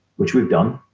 which we've done,